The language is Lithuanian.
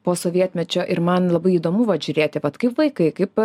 po sovietmečio ir man labai įdomu vat žiūrėti kad kaip vaikai kaip